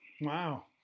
Wow